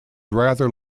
rather